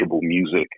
music